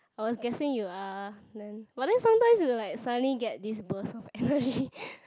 I was guessing you are then but then sometimes you like suddenly get this burst of energy